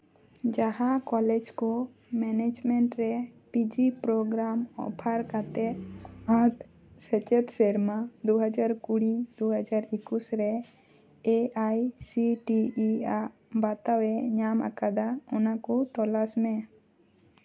ᱡᱟᱦᱟᱸ ᱠᱚᱞᱮᱡᱽ ᱠᱚ ᱢᱮᱱᱮᱡᱽᱢᱮᱱᱴ ᱨᱮ ᱯᱤᱡᱤ ᱯᱨᱳᱜᱨᱟᱢ ᱚᱯᱷᱟᱨ ᱠᱟᱛᱮᱫ ᱟᱨ ᱥᱮᱪᱮᱫ ᱥᱮᱨᱢᱟ ᱫᱩ ᱦᱟᱡᱟᱨ ᱠᱩᱲᱤ ᱫᱩ ᱦᱟᱡᱟᱨ ᱮᱞᱩᱥ ᱨᱮ ᱮ ᱟᱭ ᱥᱤ ᱴᱤ ᱤᱭᱟᱜ ᱵᱟᱛᱟᱣ ᱮ ᱧᱟᱢ ᱟᱠᱟᱫᱟ ᱚᱱᱟᱠᱚ ᱛᱚᱞᱟᱥ ᱢᱮ